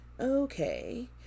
Okay